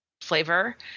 flavor